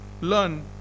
learn